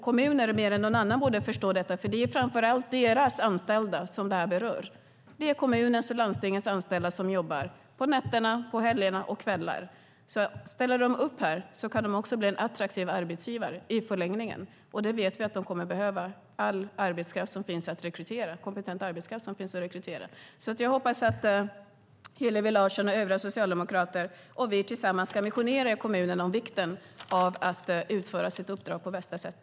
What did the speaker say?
Kommunerna mer än någon annan borde förstå detta eftersom det är framför allt deras anställda som berörs. Det är kommunernas och landstingens anställda som jobbar nätter, helger och kvällar. Om de ställer upp här blir de i förlängningen attraktiva arbetsgivare. Vi vet att de kommer att behöva all kompetent arbetskraft som finns att rekrytera. Jag hoppas att Hillevi Larsson, övriga socialdemokrater och vi tillsammans kan missionera i kommunerna om vikten av att utföra sitt uppdrag på bästa sätt.